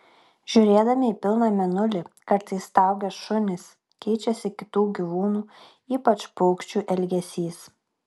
žiūrėdami į pilną mėnulį kartais staugia šunys keičiasi kitų gyvūnų ypač paukščių elgesys